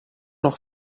noch